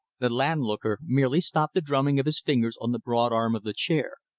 the landlooker merely stopped the drumming of his fingers on the broad arm of the chair.